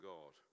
God